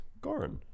Goran